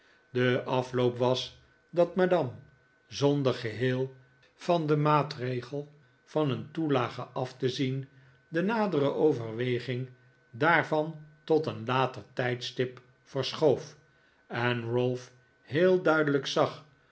de afloop was dat madame zqnder geheel van den maatregel van een toelage af te zien de nadere overweging daarvan tot een later tijdstip verschoof en ralph heel duidelijk zag